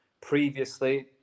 previously